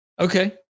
Okay